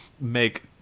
make